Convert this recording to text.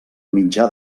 mitjà